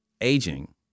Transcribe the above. aging